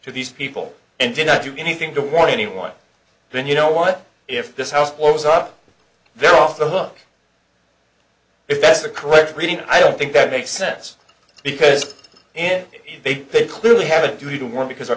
to these people and did not do anything to warn anyone then you know what if this house blows up they're off the hook if that's the correct reading i don't think that makes sense because they pick clearly had it didn't work because